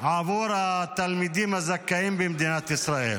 עבור התלמידים הזכאים במדינת ישראל.